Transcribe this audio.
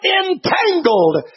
entangled